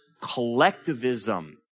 collectivism